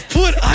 Put